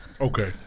Okay